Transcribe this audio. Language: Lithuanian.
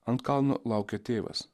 ant kalno laukia tėvas